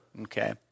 okay